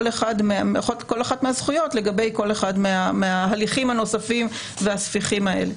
אחת מהזכויות לגבי כל אחד מההליכים הנוספים והספיחים האלה,